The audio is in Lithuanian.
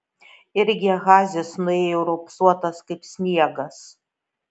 ir gehazis nuėjo raupsuotas kaip sniegas